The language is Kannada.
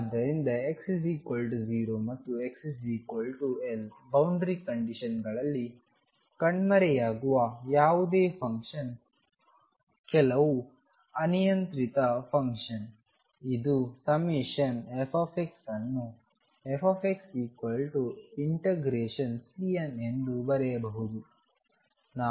ಮತ್ತು ಆದ್ದರಿಂದ x 0 ಮತ್ತು x L ಬೌಂಡರಿಗಳಲ್ಲಿ ಕಣ್ಮರೆಯಾಗುವ ಯಾವುದೇ ಫಂಕ್ಷನ್ ಕೆಲವು ಅನಿಯಂತ್ರಿತ ಫಂಕ್ಷನ್ ಇದು ∑f ಅನ್ನು fxCn ಎಂದು ಬರೆಯಬಹುದು